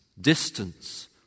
distance